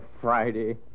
Friday